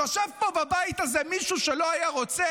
יושב פה בבית הזה מישהו שלא היה רוצה